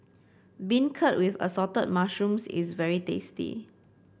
beancurd with Assorted Mushrooms is very tasty